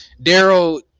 Daryl